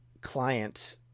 client